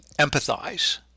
Empathize